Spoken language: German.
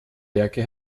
werke